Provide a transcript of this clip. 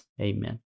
Amen